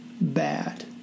bad